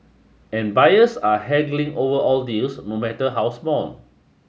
and buyers are haggling over all deals no matter how small